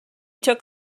took